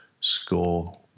score